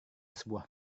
sebuah